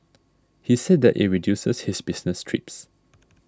he said that it reduces his business trips